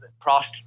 Prost